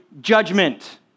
judgment